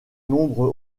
nombre